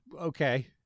Okay